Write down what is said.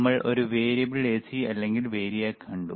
നമ്മൾ ഒരു variable AC അല്ലെങ്കിൽ വേരിയാക്ക് കണ്ടു